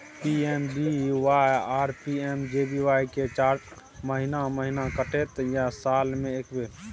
PMSBY आरो PMJBY के charge महीने महीना कटते या साल म एक बेर?